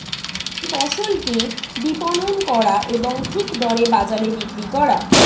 ফসলকে বিপণন করা এবং ঠিক দরে বাজারে বিক্রি করা